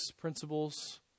principles